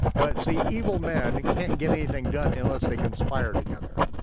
but see, evil men can't get anything done unless they conspire together,